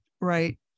right